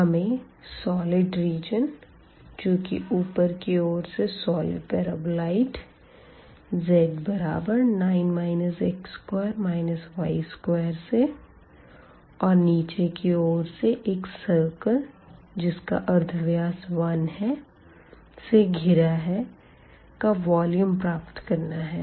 हमें solid region जो की ऊपर की ओर से solid paraboloid z9 x2 y2 से और नीचे की ओर से एक सर्किल जिसका अर्धव्यास 1 है से घिरा है का वॉल्यूम प्राप्त करना है